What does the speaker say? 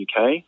UK